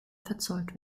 verzollt